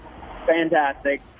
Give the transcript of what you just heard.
fantastic